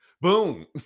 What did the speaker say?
Boom